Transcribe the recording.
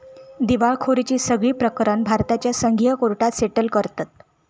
दिवळखोरीची सगळी प्रकरणा भारताच्या संघीय कोर्टात सेटल करतत